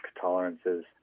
tolerances